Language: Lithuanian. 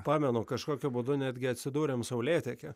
pamenu kažkokiu būdu netgi atsidūrėm saulėteky